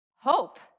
Hope